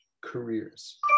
careers